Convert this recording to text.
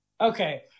Okay